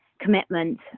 commitment